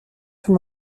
sur